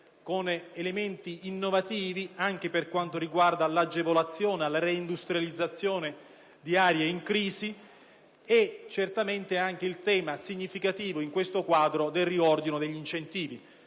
con elementi innovativi anche per quanto riguarda l'agevolazione alla reindustrializzazione di aree in crisi, e certamente anche il tema significativo in questo quadro del riordino degli incentivi.